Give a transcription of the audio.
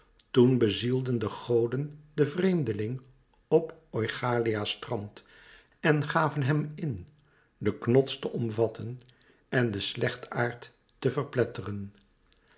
toen bezielden de goden den vreemdeling op oichalia's strand en gaven hem in den knots te omvatten en den slechtaard te verpletteren